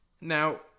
Now